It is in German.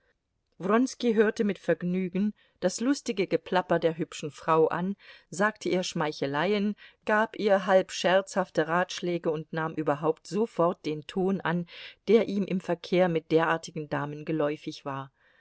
wronski hörte mit vergnügen das lustige geplapper der hübschen frau an sagte ihr schmeicheleien gab ihr halb scherzhafte ratschläge und nahm überhaupt sofort den ton an der ihm im verkehr mit derartigen damen geläufig war